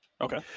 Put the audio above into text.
okay